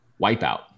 Wipeout